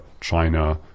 China